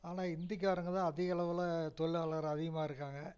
ஆனால் இந்திக்காரங்க தான் அதிகளவில் தொழிலாளர் அதிகமாக இருக்காங்க